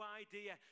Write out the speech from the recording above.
idea